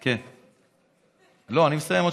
אני מסיים,